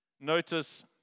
Notice